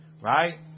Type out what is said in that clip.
Right